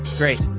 great.